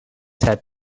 had